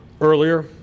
earlier